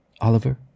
Oliver